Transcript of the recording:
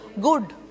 good